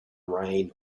rain